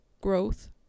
growth